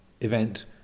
event